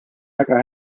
väga